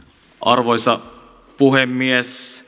arvoisa puhemies